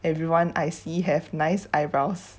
everyone I see have nice eyebrows